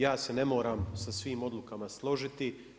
Ja se ne moram sa svim odlukama složiti.